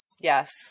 Yes